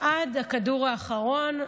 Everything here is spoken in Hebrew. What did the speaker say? עד הכדור האחרון,